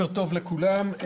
שלום לכולם,